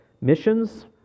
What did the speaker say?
missions